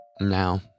Now